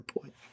point